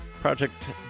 project